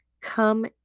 Come